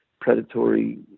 predatory